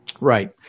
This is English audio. Right